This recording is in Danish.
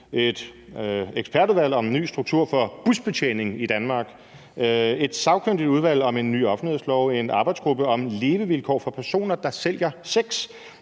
et ekspertudvalg om en ny struktur for busbetjening i Danmark; et sagkyndigt udvalg om en ny offentlighedslov; en arbejdsgruppe om levevilkår for personer, der sælger sex;